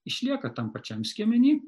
išlieka tam pačiam skiemeny